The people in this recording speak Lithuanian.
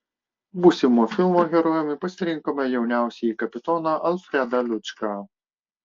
būsimo filmo herojumi pasirinkome jauniausiąjį kapitoną alfredą lučką